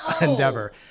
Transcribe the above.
endeavor